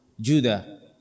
judah